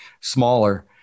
smaller